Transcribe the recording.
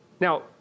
Now